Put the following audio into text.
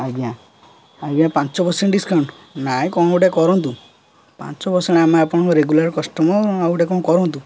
ଆଜ୍ଞା ଆଜ୍ଞା ପାଞ୍ଚ ପରସେଣ୍ଟ ଡିସକାଉଣ୍ଟ ନାଇଁ କ'ଣ ଗୋଟେ କରନ୍ତୁ ପାଞ୍ଚ ପରସେଣ୍ଟ ଆମେ ଆପଣଙ୍କ ରେଗୁଲାର୍ କଷ୍ଟମର୍ ଆଉ ଗୋଟେ କ'ଣ କରନ୍ତୁ